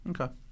Okay